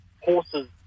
horses